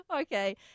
Okay